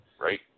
Right